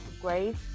Grace